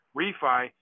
refi